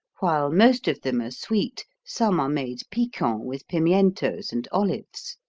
while most of them are sweet, some are made piquant with pimientos and olives.